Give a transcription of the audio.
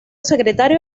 secretario